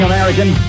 American